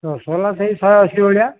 ରସଗୋଲା ସେଇ ଶହେଅଶୀ ଭଳିଆ